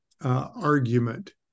argument